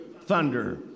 thunder